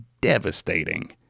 devastating